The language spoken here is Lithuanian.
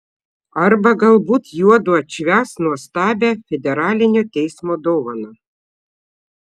arba galbūt juodu atšvęs nuostabią federalinio teismo dovaną